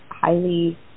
highly